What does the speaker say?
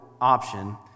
option